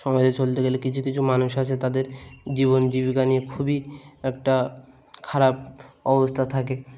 সমাজে চলতে গেলে কিছু কিছু মানুষ আছে তাদের জীবন জীবিকা নিয়ে খুবই একটা খারাপ অবস্থা থাকে